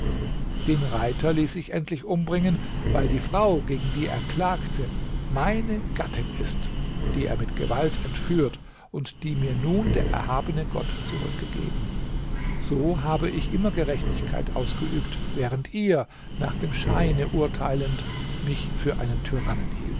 den reiter ließ ich endlich umbringen weil die frau gegen die